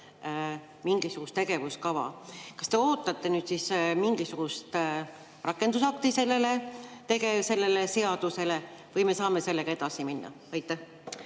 mingisugust tegevuskava. Kas te ootate nüüd siis mingisugust rakendusakti selle seaduse juurde või me saame sellega edasi minna? Aitäh,